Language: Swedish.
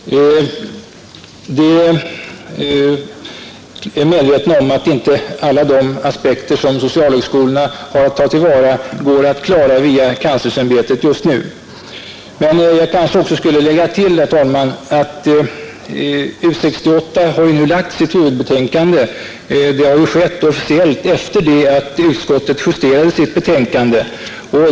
Vi är medvetna om att inte alla de intressen som socialhögskolorna har att tillvarata går att tillgodose via kanslersämbetet just nu. Jag kanske också skall tillägga att U68 nu har lagt fram sitt huvudbetänkande. Det har skett officiellt efter det att utskottet justerade sitt betänkande.